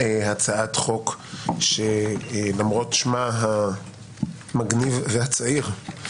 בהצעת חוק שלמרות שמה המגניב והצעיר,